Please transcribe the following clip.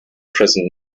present